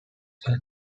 such